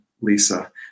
Lisa